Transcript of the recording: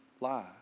lie